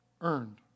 earned